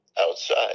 outside